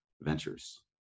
ventures